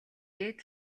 дээд